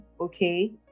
okay